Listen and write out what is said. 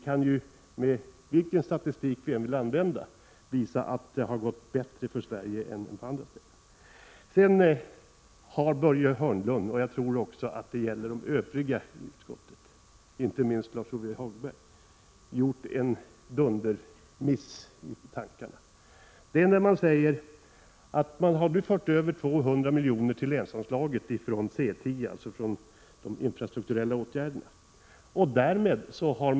Oavsett vilken statistik man än hänvisar till finner man att det har gått bättre för Sverige än för andra länder. Börje Hörnlund och jag tror också de övriga i utskottet, inte minst Lars-Ove Hagberg, har vidare gjort en dundermiss i sitt tänkande. Man säger att 200 milj.kr. nu har förts över till länsanslaget från anslaget under punkten C10, som avser infrastrukturella åtgärder, och att man därmed ökat anslagsbeloppet.